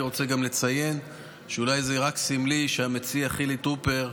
הייתי רוצה גם לציין שאולי זה רק סמלי שהמציע חילי טרופר,